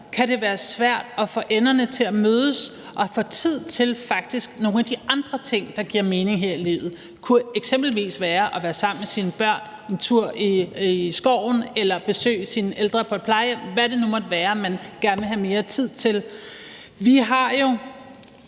kan det være svært at få enderne til at mødes og faktisk få tid til nogle af de andre ting, der giver mening her i livet. Det kunne eksempelvis være at være sammen med sine børn, at komme en tur i skoven, at besøge sine ældre på et plejehjem, eller hvad det nu måtte være, man gerne vil have mere tid til. Vi er jo,